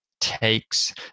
Takes